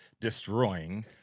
destroying